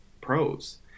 pros